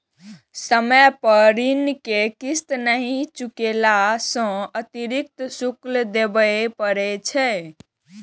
समय पर ऋण के किस्त नहि चुकेला सं अतिरिक्त शुल्क देबय पड़ै छै